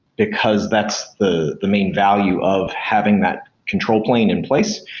because that's the the main value of having that control plane in place.